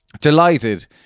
delighted